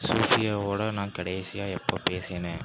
சூஃபியாவோடு நான் கடைசியாக எப்போது பேசினேன்